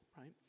right